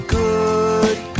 good